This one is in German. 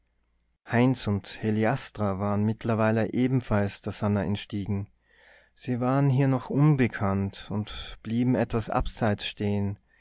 heinz und heliastra waren mittlerweile ebenfalls der sannah entstiegen sie waren hier noch unbekannt und blieben etwas abseits stehen